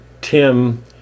Tim